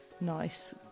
nice